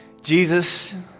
Jesus